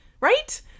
right